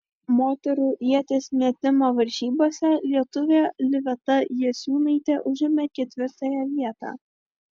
moterų ieties metimo varžybose lietuvė liveta jasiūnaitė užėmė ketvirtąją vietą